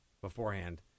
beforehand